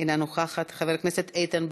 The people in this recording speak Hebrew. אינה נוכחת, חבר הכנסת איתן ברושי,